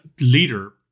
leader